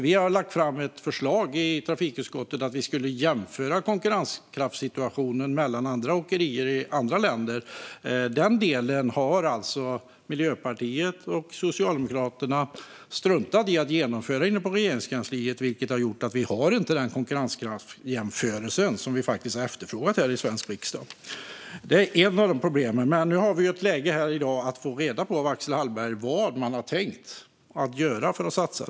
Vi har lagt fram ett förslag i trafikutskottet om att jämföra konkurrenskraftssituationen för åkerier i Sverige med åkerier i andra länder. Den delen har Miljöpartiet och Socialdemokraterna struntat i att genomföra i Regeringskansliet. Därför har vi inte den konkurrenskraftsjämförelse som Sveriges riksdag har efterfrågat. Det är ett av problemen. Men nu har vi ett läge där vi faktiskt kan få reda på från Axel Hallberg vad man har tänkt göra för att satsa.